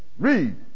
read